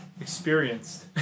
experienced